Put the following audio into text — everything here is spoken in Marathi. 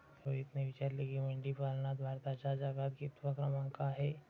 रोहितने विचारले की, मेंढीपालनात भारताचा जगात कितवा क्रमांक आहे?